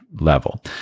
Level